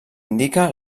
indica